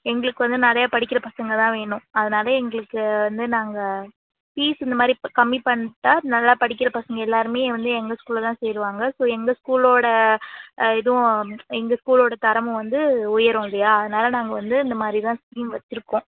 எங்களுக்கு வந்து நிறையா படிக்கிற பசங்க தான் வேணும் அதனால் எங்களுக்கு வந்து நாங்கள் ஃபீஸ் இந்த மாதிரி கம்மி பண்ணிட்டா நல்லா படிக்கிற பசங்க எல்லாருமே வந்து எங்கள் ஸ்கூலில் தான் சேருவாங்க ஸோ எங்கள் ஸ்கூலோட ஆ இதுவும் எங்கள் ஸ்கூலோட தரமும் வந்து உயரும் இல்லையா அதனால் நாங்கள் வந்து இந்த மாதிரி தான் ஸ்கீம் வச்சிருக்கோம்